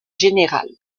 générales